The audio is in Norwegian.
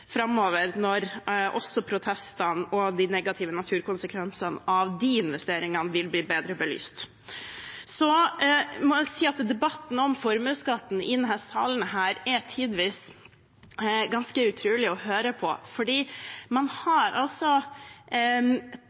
framover, når også protestene og de negative naturkonsekvensene av de investeringene vil bli bedre belyst. Så må jeg si at debatten om formuesskatten i denne salen tidvis er ganske utrolig å høre på, for man har altså